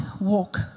walk